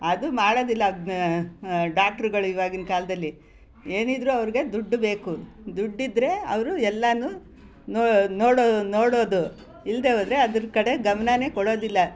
ಅದು ಮಾಡೋದಿಲ್ಲ ಡಾಕ್ಟ್ರುಗಳು ಇವಾಗಿನ ಕಾಲದಲ್ಲಿ ಏನಿದ್ದರೂ ಅವ್ರಿಗೆ ದುಡ್ಡು ಬೇಕು ದುಡ್ಡಿದ್ದರೆ ಅವರು ಎಲ್ಲಾ ನೋ ನೋಡೋ ನೋಡೋದು ಇಲ್ಲದೇ ಹೋದ್ರೆ ಅದರ ಕಡೆ ಗಮ್ನವೇ ಕೊಡೋದಿಲ್ಲ